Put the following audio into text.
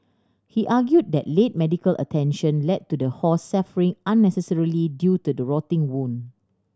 he argued that late medical attention led to the horse suffering unnecessarily due to the rotting wound